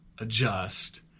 adjust